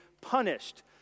punished